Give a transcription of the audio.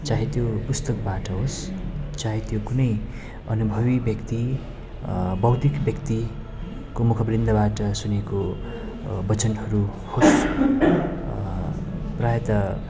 चाहे त्यो पुस्तकबाट होस् चाहे त्यो कुनै अनुभवी व्यक्ति बौद्धिक व्यक्तिको मुखारवृन्दबाट सुनेको वचनहरू होस् प्रायः त